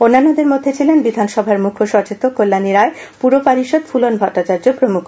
অন্যান্যদের মধ্যে ছিলেন বিধানসভার মুখ্যসচেতক কল্যানি রায় পুর পারিষদ ফুলন ভট্টাচার্য প্রমুখ